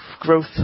growth